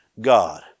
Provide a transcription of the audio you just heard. God